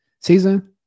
season